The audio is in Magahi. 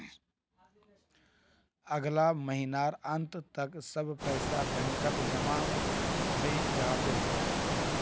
अगला महीनार अंत तक सब पैसा बैंकत जमा हइ जा बे